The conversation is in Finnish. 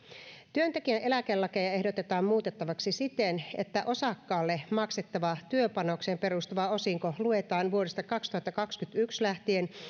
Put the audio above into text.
työntekijän eläkelakeja ehdotetaan muutettavaksi siten että osakkaalle maksettava työpanokseen perustuva osinko luetaan vuodesta kaksituhattakaksikymmentäyksi lähtien